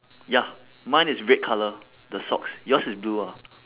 ya mine is red colour the socks yours is blue ah